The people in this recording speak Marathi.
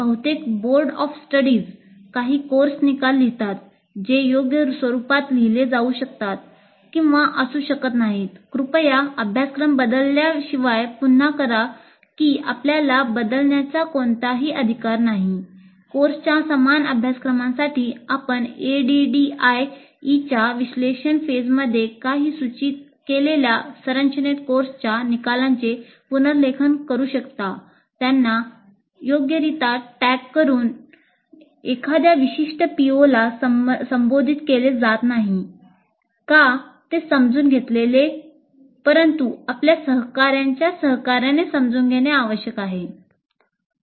कारण बहुतेक बोर्ड ऑफ स्टडीज का संबोधित केले जात नाही नाही का ते आपल्या सहकार्यांच्या सहकार्याने ते समजून घेतले पाहिजे का